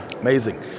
Amazing